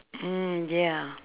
mm ya